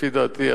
לפי דעתי,